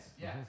Yes